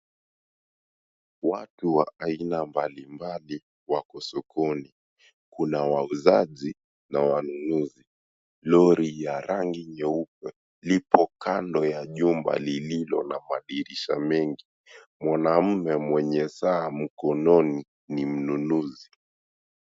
Watu wa aina mbalimbali wako sokoni, kuna wauzaji na wanunuzi. Lori ya rangi nyeupe lipo kando ya jumba lililo na madirisha mengi. Mwanamme mwenye saa mkononi ni mnunuzi.